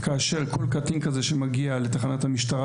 כאשר כל קטין כזה שמגיע לתחת המשטרה,